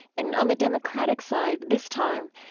and on the democratic side this time,